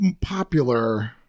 popular